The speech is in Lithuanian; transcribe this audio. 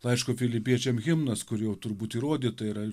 laiško filipiečiam himnas kur jau turbūt įrodyta yra